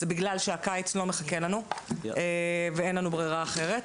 זה בגלל שהקיץ לא מחכה לנו ואין לנו ברירה אחרת.